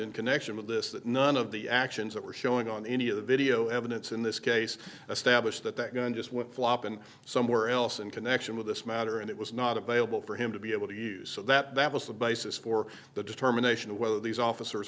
in connection with this that none of the actions that we're showing on any of the video evidence in this case establish that that gun just went flop and somewhere else in connection with this matter and it was not available for him to be able to use so that that was the basis for the determination of whether these officers